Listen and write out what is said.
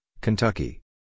Kentucky